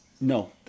No